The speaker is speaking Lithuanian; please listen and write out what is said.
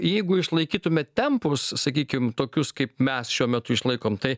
jeigu išlaikytume tempus sakykime tokius kaip mes šiuo metu išlaikom tai